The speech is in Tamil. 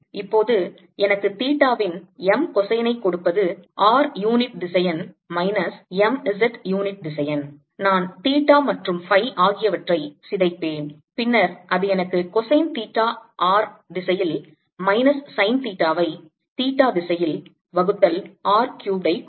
இப்போது எனக்கு தீட்டாவின் m கொசைனை கொடுப்பது r யூனிட் திசையன் மைனஸ் m z யூனிட் திசையன் நான் தீட்டா மற்றும் phi ஆகியவற்றை சிதைப்பேன் பின்னர் அது எனக்கு கொசைன் தீட்டாவை r திசையில் மைனஸ் சைன் தீட்டாவை தீட்டா திசையில் வகுத்தல் R க்யூப்ட் ஐ கொடுக்கும்